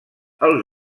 els